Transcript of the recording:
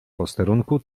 posterunku